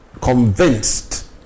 convinced